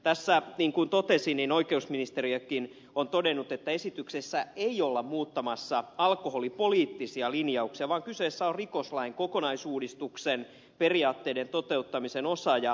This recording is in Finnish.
tässä niin kuin totesin ja oikeusministeriökin on todennut esityksessä ei olla muuttamassa alkoholipoliittisia linjauksia vaan kyseessä on rikoslain kokonaisuudistuksen periaatteiden toteuttamisen osa